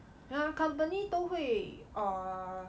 ah company 都会 uh